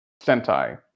Sentai